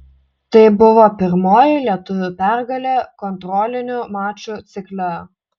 tai buvo pirmoji lietuvių pergalė kontrolinių mačų cikle